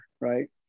Right